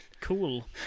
Cool